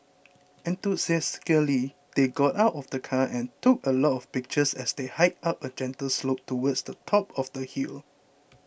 enthusiastically they got out of the car and took a lot of pictures as they hiked up a gentle slope towards the top of the hill